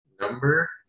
Number